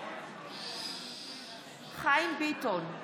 בעד חיים ביטון,